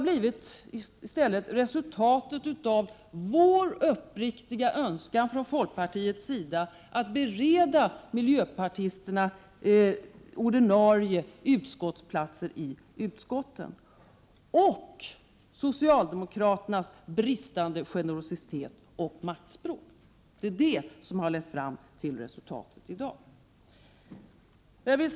Det är resultatet av socialdemokraternas maktspråk och bristande generositet och av vår uppriktiga önskan i folkpartiet att bereda miljöpartisterna ordinarie platser i utskotten.